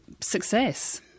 success